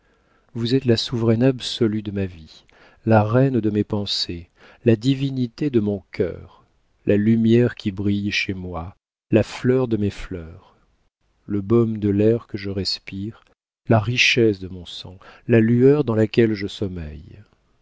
vous êtes la souveraine absolue de ma vie la reine de mes pensées la divinité de mon cœur la lumière qui brille chez moi la fleur de mes fleurs le baume de l'air que je respire la richesse de mon sang la lueur dans laquelle je sommeille